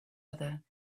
other